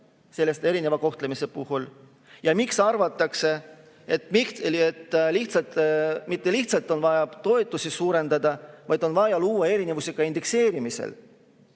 sellest erineva kohtlemise puhul, ja miks arvatakse, et mitte lihtsalt pole vaja toetusi suurendada, vaid on vaja luua erinevusi ka indekseerimisel.